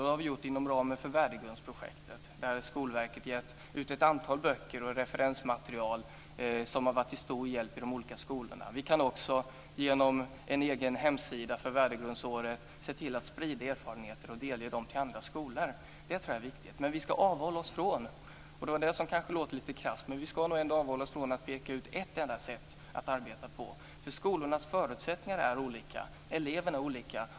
Det har vi gjort inom ramen för Värdegrundsprojektet där Skolverket har gett ut ett antal böcker och referensmaterial som har varit till stor hjälp i de olika skolorna. Genom en egen hemsida för värdegrundsåret kan vi också se till att sprida erfarenheter och delge dem till andra skolor. Det tror jag är viktigt. Men vi ska avhålla oss från - och det låter kanske lite krasst - att peka ut ett enda sätt att arbeta på. Skolornas förutsättningar är olika. Eleverna är olika.